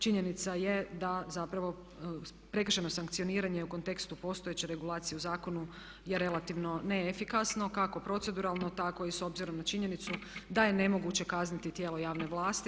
Činjenica je da zapravo prekršajno sankcioniranje u kontekstu postojeće regulacije u zakonu je relativno neefikasno kako proceduralno tako i s obzirom na činjenicu da je nemoguće kazniti tijelo javne vlasti.